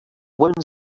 woman